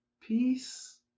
peace